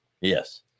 Yes